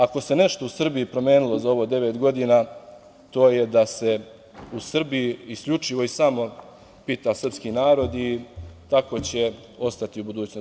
Ako se nešto u Srbiji promenilo za ovih devet godina, to je da se u Srbiji isključivo i samo pita srpski narod i tako će ostati u budućnosti.